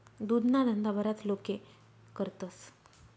दुधना धंदा बराच लोके करतस